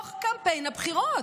בתוך קמפיין הבחירות,